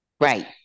right